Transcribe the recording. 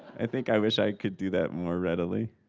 i think i wish i could do that more readily.